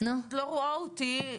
את לא רואה אותי.